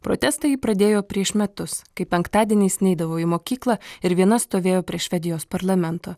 protestą ji pradėjo prieš metus kai penktadieniais neidavo į mokyklą ir viena stovėjo prie švedijos parlamento